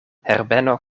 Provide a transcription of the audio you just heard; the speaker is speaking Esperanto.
herbeno